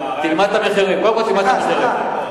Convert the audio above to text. תלמד את המחירים קודם כול.